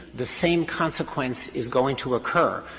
the same consequence is going to occur,